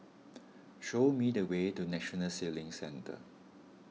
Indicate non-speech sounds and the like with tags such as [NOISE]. [NOISE] show me the way to National Sailing Centre